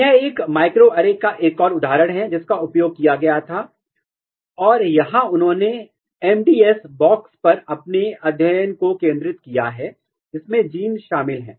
यह एक माइक्रोएरे का एक और उदाहरण है जिसका उपयोग किया गया था और यहां उन्होंने एमएडीएस बॉक्स पर अपने अध्ययन को केंद्रित किया है जिसमें जीन शामिल हैं